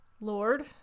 Lord